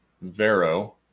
Vero